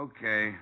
Okay